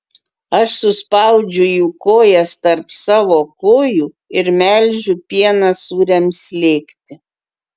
aš suspaudžiu jų kojas tarp savo kojų ir melžiu pieną sūriams slėgti